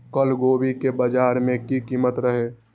कल गोभी के बाजार में की कीमत रहे?